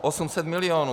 Osm set milionů!